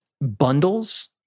bundles